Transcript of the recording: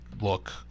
look